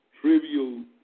trivial